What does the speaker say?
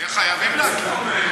חייבים להכיר.